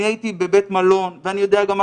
אני הייתי בבית מלון ואני יודע גם מה